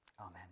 Amen